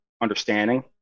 understanding